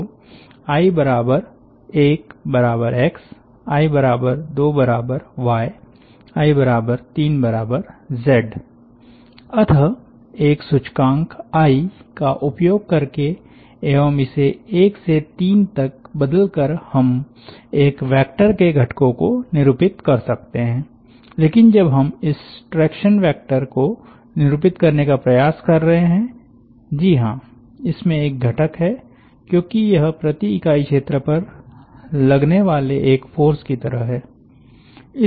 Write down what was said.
तो i 1 x i 2 y i3⇒ z अतः एक सूचकांक आई का उपयोग करके एवं इसे 1 से 3 तक बदल कर हम एक वेक्टर के घटकों को निरूपित कर सकते हैं लेकिन जब हम इस ट्रैक्शन वेक्टर को निरूपित करने का प्रयास कर रहे हैं जी हां इसमें एक घटक है क्योंकि यह प्रति इकाई क्षेत्र पर लगने वाले एक फ़ोर्स की तरह है